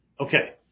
okay